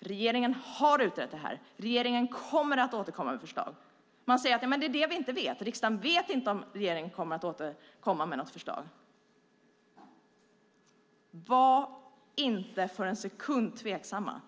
Regeringen har utrett det här. Regeringen kommer att återkomma med förslag. Man säger: Ja, men det är det vi inte vet. Riksdagen vet inte om regeringen kommer att återkomma med något förslag. Var inte för en sekund tveksamma!